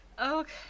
okay